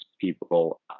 people